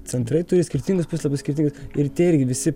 centrai turi skirtingus puslapius skirtingi ir tie irgi visi